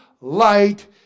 light